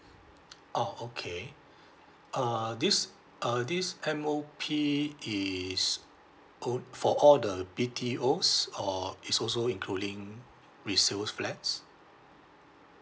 oh okay uh this uh this M_O_P is all for all the B_T_Os or is also including resales flats